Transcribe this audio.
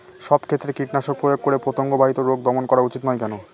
সব ক্ষেত্রে কীটনাশক প্রয়োগ করে পতঙ্গ বাহিত রোগ দমন করা উচিৎ নয় কেন?